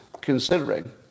considering